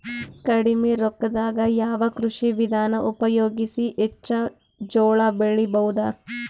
ಕಡಿಮಿ ರೊಕ್ಕದಾಗ ಯಾವ ಕೃಷಿ ವಿಧಾನ ಉಪಯೋಗಿಸಿ ಹೆಚ್ಚ ಜೋಳ ಬೆಳಿ ಬಹುದ?